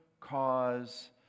cause